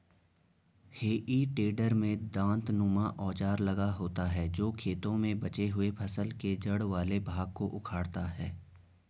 हेइ टेडर में दाँतनुमा औजार लगा होता है जो खेतों में बचे हुए फसल के जड़ वाले भाग को उखाड़ता है